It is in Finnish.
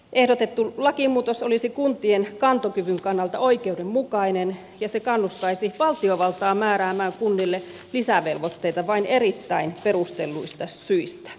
ehdotettu lakimuutos olisi kuntien kantokyvyn kannalta oikeudenmukainen ja se kannustaisi valtiovaltaa määräämään kunnille lisävelvoitteita vain erittäin perustelluista syistä